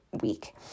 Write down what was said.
week